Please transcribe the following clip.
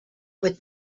with